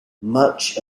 much